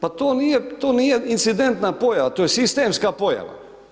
Pa to nije incidentna pojava, to je sistemska pojava.